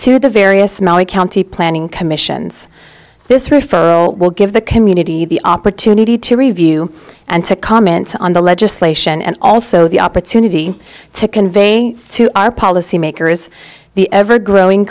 to the various maui county planning commissions this rift will give the community the opportunity to review and to comment on the legislation and also the i but sooty to convey to our policymakers the ever growing